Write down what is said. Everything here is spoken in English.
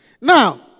Now